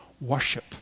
worship